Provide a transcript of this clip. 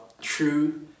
true